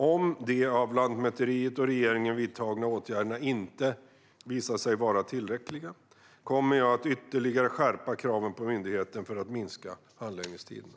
Om de av Lantmäteriet och regeringen vidtagna åtgärderna inte visar sig vara tillräckliga kommer jag att ytterligare skärpa kraven på myndigheten för att minska handläggningstiderna.